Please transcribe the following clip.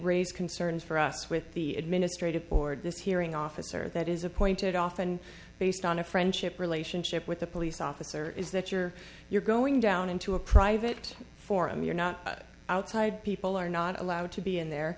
raise concerns for us with the administrative board this hearing officer that is appointed often based on a friendship relationship with the police officer is that you're you're going down into a private forum you're not outside people are not allowed to be in there